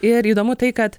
ir įdomu tai kad